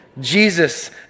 Jesus